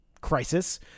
crisis